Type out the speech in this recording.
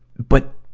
but,